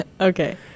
okay